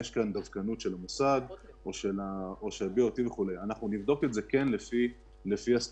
דווקנות של המוסד או של BOT. אנחנו נבדוק את זה לפי הסטודנטים.